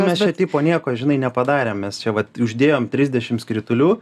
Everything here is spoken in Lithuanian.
mes čia tipo nieko žinai nepadarėm mes čia vat uždėjom trisdešim skritulių